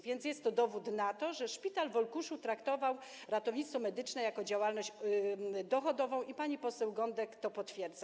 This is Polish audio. Więc jest to dowód na to, że szpital w Olkuszu traktował ratownictwo medyczne jako działalność dochodową, i pani poseł Gądek to potwierdza.